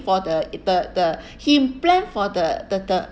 for the the the he plan for the the the